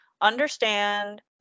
understand